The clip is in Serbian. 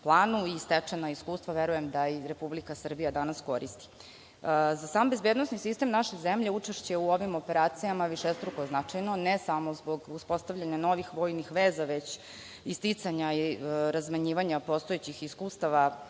planu, i stečeno iskustvo, verujem da i Republika Srbija danas koristi.Za sam bezbednosni sistem naše zemlje učešće u ovim operacijama višestruko je značajno, ne samo zbog uspostavljanja novih vojnih veza već i sticanja i razmenjivanja postojećih iskustava,